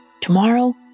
Tomorrow